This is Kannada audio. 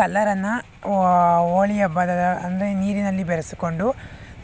ಕಲರನ್ನು ಹೋಳಿ ಹಬ್ಬದ ಅಂದರೆ ನೀರಿನಲ್ಲಿ ಬೆರೆಸಿಕೊಂಡು